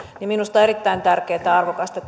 minusta on erittäin tärkeätä ja arvokasta